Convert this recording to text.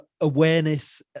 awareness